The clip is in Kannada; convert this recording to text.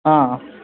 ಹಾಂ